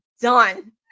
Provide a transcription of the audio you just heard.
done